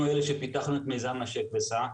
אנחנו אלה שפיתחנו את מיזם "נשק וסע".